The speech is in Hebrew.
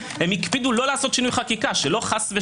הם הקפידו שלא לעשות שינוי חקיקה שלא חלילה